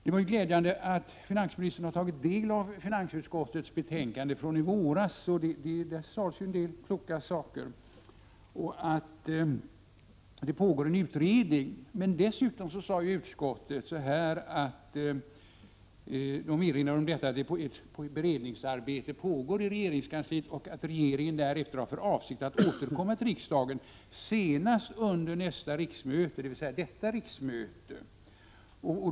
Det var glädjande att finansministern har tagit del av finansutskottets betänkande från i våras. Där sades en del kloka saker. Utskottet kände till att det pågår en utredning och uttalade bl.a. följande: ”Utskottet har erfarit att ett sådant beredningsarbete pågår i regeringskansliet och att regeringen därefter har för avsikt att återkomma till riksdagen, senast under nästa riksmöte”, dvs. detta riksmöte.